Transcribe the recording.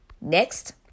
next